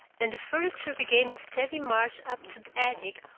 and the furniture began a steady march up to the attic,